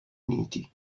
uniti